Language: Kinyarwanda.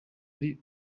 ari